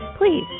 Please